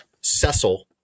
Cecil